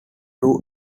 two